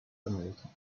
america